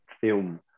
film